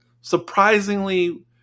surprisingly